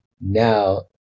now